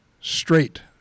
straight